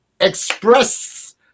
express